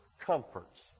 comforts